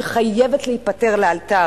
שחייבת להיפתר לאלתר,